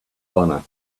honor